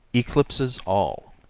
eclipses all